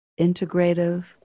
integrative